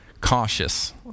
cautious